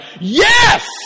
yes